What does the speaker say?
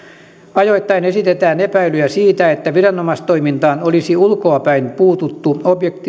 ajoittain esitetään epäilyjä siitä että viranomaistoimintaan olisi ulkoapäin puututtu